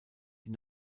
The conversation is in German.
die